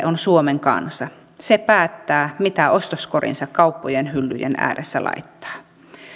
on suomen kansa se päättää mitä ostoskoriinsa kauppojen hyllyjen ääressä laittaa